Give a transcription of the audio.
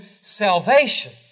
salvation